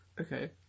okay